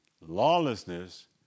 lawlessness